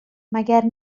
مگر